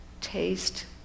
taste